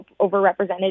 overrepresented